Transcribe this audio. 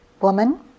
woman